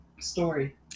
story